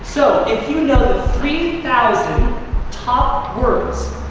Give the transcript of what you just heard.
so if you know the three thousand top words,